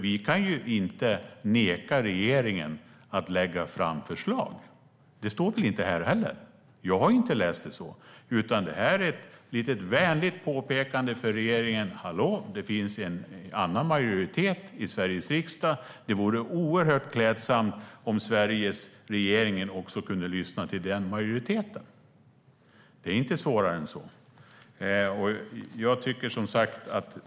Vi kan inte neka regeringen att lägga fram förslag. Det står inte här. Jag har inte läst det så. Det här är ett vänligt påpekande för regeringen: Hallå! Det finns en annan majoritet i Sveriges riksdag. Det vore oerhört klädsamt om Sveriges regering också kunde lyssna till den majoriteten. Det är inte svårare än så.